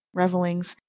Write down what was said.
revelings,